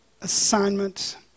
assignment